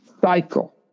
cycle